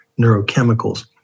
neurochemicals